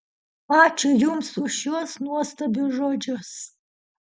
ačiū jums už šiuos nuostabius žodžius